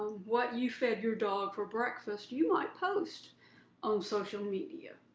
what you fed your dog for breakfast, you might post on social media.